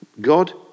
God